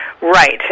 Right